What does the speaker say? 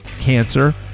cancer